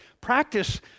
Practice